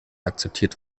akzeptiert